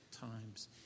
times